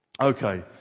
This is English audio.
Okay